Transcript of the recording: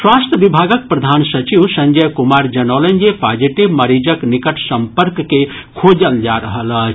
स्वास्थ्य विभागक प्रधान सचिव संजय कुमार जनौलनि जे पॉजिटिव मरीजक निकट सम्पर्क के खोजल जा रहल अछि